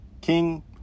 king